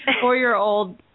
four-year-old